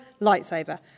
lightsaber